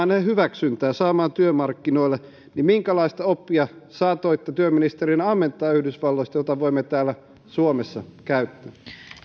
heille hyväksyntää saamaan työmarkkinoille minkälaista oppia saatoitte työministerinä ammentaa yhdysvalloista jota voimme täällä suomessa